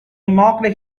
mocked